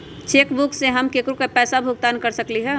cheque book से हम केकरो पैसा भुगतान कर सकली ह